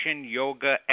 yoga